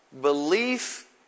Belief